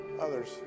Others